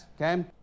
okay